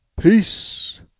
peace